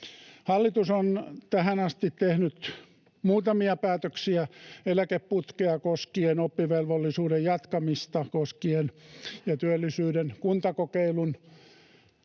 Hallitus on tähän asti tehnyt muutamia päätöksiä eläkeputkea koskien, oppivelvollisuuden jatkamista koskien ja työllisyyden kuntakokeilun